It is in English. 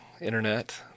internet